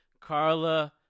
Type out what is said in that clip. Carla